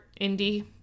indie